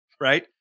Right